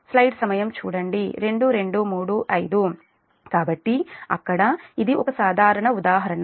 కాబట్టి అక్కడ ఇది ఒక సాధారణ ఉదాహరణ